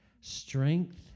strength